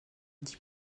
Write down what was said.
dee